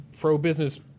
pro-business